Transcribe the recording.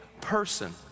person